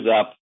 up